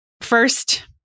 first